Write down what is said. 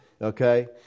Okay